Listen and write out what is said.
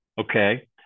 Okay